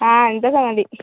അ